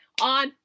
on